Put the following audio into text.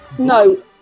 No